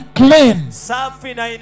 clean